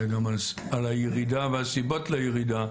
אלא גם על הירידה והסיבות לירידה,